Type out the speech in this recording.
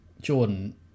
Jordan